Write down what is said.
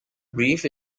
brief